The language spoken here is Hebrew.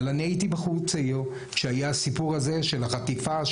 אבל אני הייתי בחור צעיר כשהיה הסיפור הזה של החטיפה,